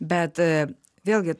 bet vėlgi